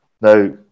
Now